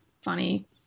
funny